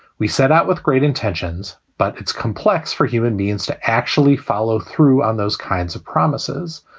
we set out with great intentions, but it's complex for human beings to actually follow through on those kinds of promises.